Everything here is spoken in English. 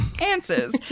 answers